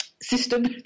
system